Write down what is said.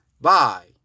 Bye